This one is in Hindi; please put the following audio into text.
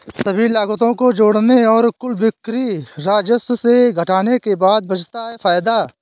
सभी लागतों को जोड़ने और कुल बिक्री राजस्व से घटाने के बाद बचता है फायदा है